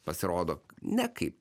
pasirodo ne kaip